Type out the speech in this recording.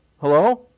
Hello